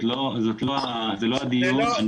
זה לא הדיון.